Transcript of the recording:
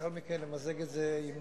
ולאחר מכן למזג את זה עם